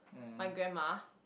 my grandma